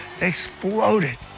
Exploded